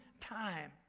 time